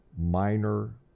minor